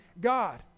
God